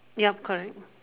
yup correct